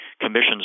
commission's